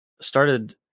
started